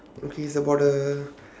okay it's about the